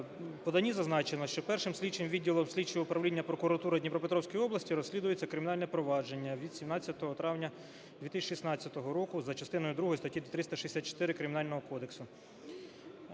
поданні зазначено, що Першим слідчим відділом слідчого управління Прокуратури Дніпропетровської області розслідується кримінальне провадження від 17 травня 2016 року за частиною другою статті 364 Кримінального кодексу.